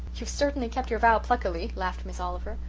you've certainly kept your vow pluckily, laughed miss oliver.